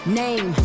name